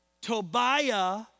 Tobiah